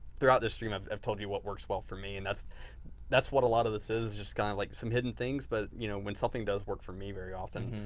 throughout the stream i've told you what works well for me and that's that's what a lot of this is just kind of like some hidden things. but you know when something does work for me very often,